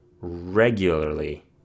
regularly